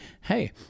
hey